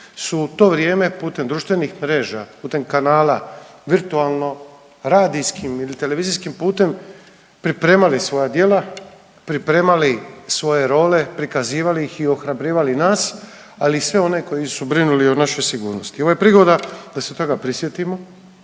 su u to vrijeme putem društvenih mreža, putem kanala virtualno radijskim ili televizijskim putem pripremali svoja djela, pripremali svoje role, prikazivali ih i ohrabrivali nas, ali i sve one koji su brinuli o našoj sigurnosti. Ovo je prigoda da se toga prisjetimo,